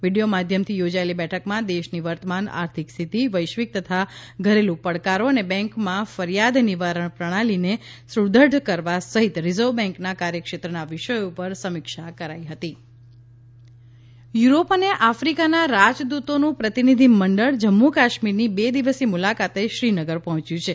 video માધ્યમથી યોજાયેલી બેઠકમાં દેશની વર્તમાન આર્થિક સ્થિતિ વૈશ્વિક તથા ઘરેલું પડકારો અને બેન્કોમાં ફરિયાદ નિવારણ પ્રણાલીને સુદૃઢ કરવા સહિત રિઝર્વ બેન્કના કાર્યક્ષેત્રના વિષયો પર સમીક્ષા કરાઈ હતી જે એન્ડ કે રાજદૂત યુરોપ અને આફિકાના રાજ્દ્રતોનું પ્રતિનિધિમંડળ જમ્મુ કાશ્મીરની બે દિવસીય મુલાકાતે શ્રીનગર પર્હોચ્યું છે